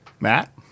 Matt